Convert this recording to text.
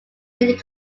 many